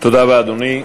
תודה לאדוני.